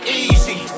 easy